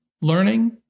Learning